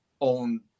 own